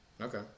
okay